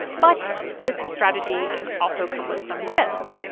but this strategy can also come with some risks.